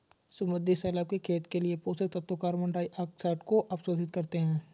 समुद्री शैवाल के खेत के लिए पोषक तत्वों कार्बन डाइऑक्साइड को अवशोषित करते है